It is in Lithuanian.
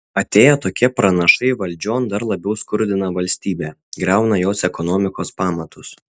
atėję tokie pranašai valdžion dar labiau skurdina valstybę griauna jos ekonomikos pamatus